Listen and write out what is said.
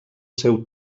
seu